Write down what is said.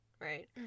right